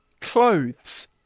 clothes